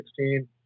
2016